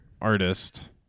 artist